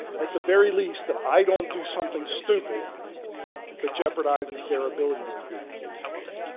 at the very least that i don't do something stupid that jeopardizes their ability to be gainfully employed.